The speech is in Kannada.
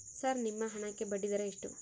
ಸರ್ ನಿಮ್ಮ ಹಣಕ್ಕೆ ಬಡ್ಡಿದರ ಎಷ್ಟು?